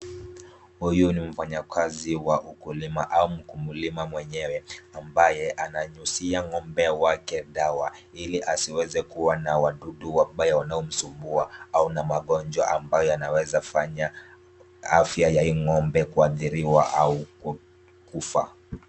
Huyu ni mfanyakazi wa ukulima au mkulima mwenyewe, ambaye ananyunyizia ng'ombe wake dawa, ili asiweze kuwa na wadudu wabaya wanaomsumbua, au na magonjwa ambayo yanaweza fanya afya ya hii ng'ombe kuathiriwa au kufa.